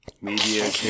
Media